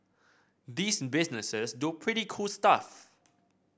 these businesses do pretty cool stuff